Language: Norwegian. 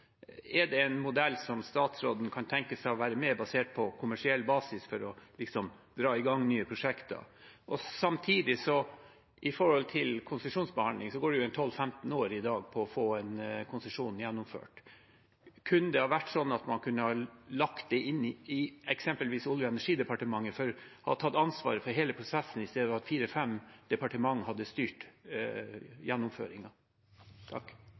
Er det en modell som statsråden kan tenke seg å være med på basert på kommersiell basis for liksom å dra i gang nye prosjekter? Samtidig, når det gjelder konsesjonsbehandling, går det i dag 12–15 år på å få en konsesjon igjennom. Kunne man lagt det inn eksempelvis under Olje- og energidepartementet å ta ansvar for hele prosessen, i stedet for å ha fire–fem departementer som styrer gjennomføringen? Ja, nå vurderer vi ulike virkemidler for å kartlegge både hvilke ressurser vi har i